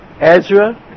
Ezra